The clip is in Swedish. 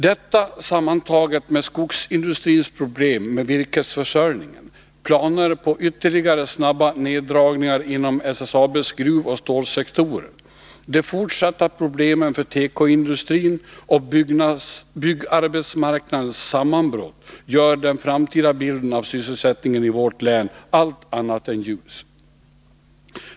Detta sammantaget med skogsindustrins problem med virkesförsörjningen, planer på ytterligare snabba neddragningar inom SSAB:s gruvoch stålsektorer, de fortsatta problemen för tekoindustrin och byggarbetsmarknadens sammanbrott gör den framtida bilden av sysselsättningen i vårt län allt annat än ljus.